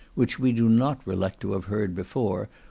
which we do not recollect to have heard before,